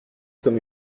comme